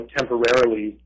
temporarily